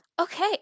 Okay